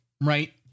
right